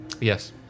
Yes